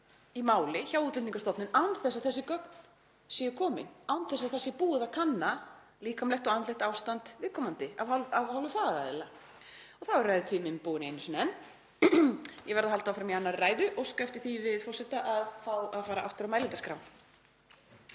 í máli hjá Útlendingastofnun án þess að þessi gögn séu komin, án þess að það sé búið að kanna líkamlegt og andlegt ástand viðkomandi af hálfu fagaðila. Þá er ræðutíminn búinn einu sinni enn. Ég verð að halda áfram í annarri ræðu og óska eftir því við forseta að fá að fara aftur á mælendaskrá.